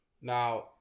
Now